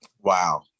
Wow